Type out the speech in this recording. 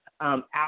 out